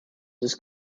this